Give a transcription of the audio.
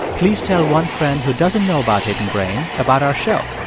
please tell one friend who doesn't know about hidden brain about our show,